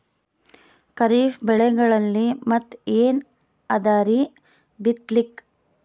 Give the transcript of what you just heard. ಖರೀಫ್ ಬೆಳೆಗಳಲ್ಲಿ ಮತ್ ಏನ್ ಅದರೀ ಬಿತ್ತಲಿಕ್?